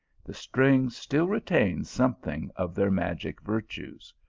the strings still retain something of their magic vir tues.